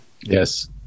yes